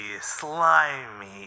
slimy